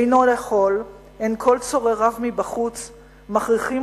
אינו יכול! הן כל צורריו מבחוץ מכריחים